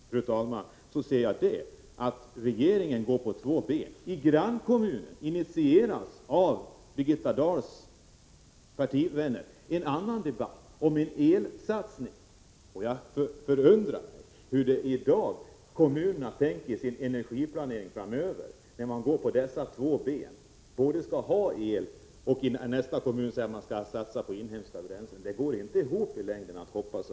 Jag menar att regeringen sitter på två stolar. I en grannkommun till Mora initieras — av Birgitta Dahls partivänner — en debatt om en elsatsning. Jag undrar hur kommunernas energiplanering framöver kommer att se ut när man försöker sitta på två stolar samtidigt. I den ena kommunen skall man satsa på el och i nästa på inhemska bränslen. Det går inte i längden att hoppa så.